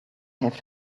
have